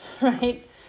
right